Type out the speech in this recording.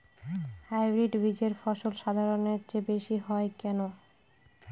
Hybrid বীজের ফলন সাধারণের চেয়ে বেশী হয় কেনো?